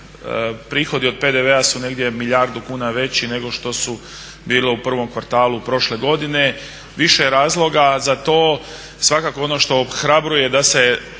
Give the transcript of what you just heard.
prihodi od PDV-a su negdje milijardu kuna veći nego što su bila u prvom kvartalu prošle godine. više je razloga za to, svakako ono što ohrabruje da se